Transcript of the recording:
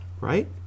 right